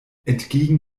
entgegen